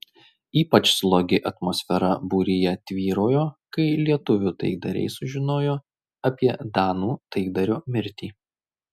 ypač slogi atmosfera būryje tvyrojo kai lietuvių taikdariai sužinojo apie danų taikdario mirtį